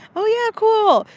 oh, yeah, cool.